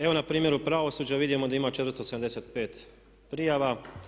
Evo na primjeru pravosuđa vidimo da ima 475 prijava.